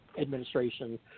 administration